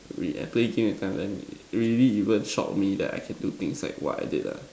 really I play game I tell them really even shock me that I can do things like what I did lah